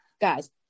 guys